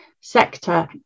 sector